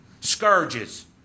scourges